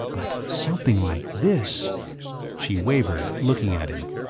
but something like this she wavered, looking at him.